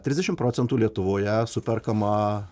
trisdešimt procentų lietuvoje superkama